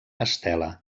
estela